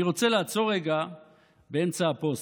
אני רוצה לעצור רגע באמצע הפוסט.